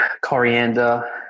coriander